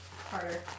harder